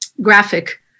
graphic